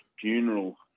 funeral